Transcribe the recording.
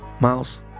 Miles